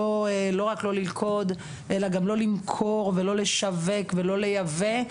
לא רק לא ללכוד אלא גם לא למכור ולא לשווק ולא לייבא,